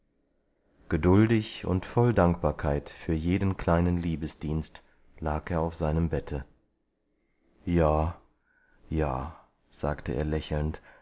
geduldig und voll dankbarkeit für jeden kleinen liebesdienst lag er auf seinem bette ja ja sagte er lächelnd